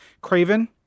Craven